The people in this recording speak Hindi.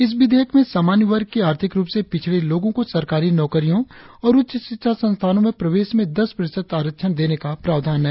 इस विधेयक में सामान्य वर्ग के आर्थिक रुप से पिछड़े लोगों को सरकारी नौकरियों और उच्च शिक्षा संस्थानों में प्रवेश में दस प्रतिशत आरक्षण देने का प्रावधान है